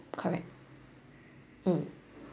correct mm